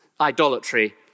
Idolatry